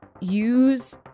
use